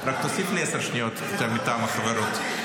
כן, רק תוסיף לי עשר שניות מטעם החברות.